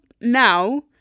now